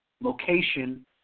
location